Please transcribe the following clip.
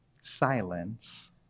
silence